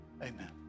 Amen